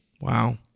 Wow